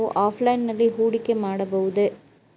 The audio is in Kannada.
ನಾವು ಆಫ್ಲೈನ್ ನಲ್ಲಿ ಹೂಡಿಕೆ ಮಾಡಬಹುದೇ?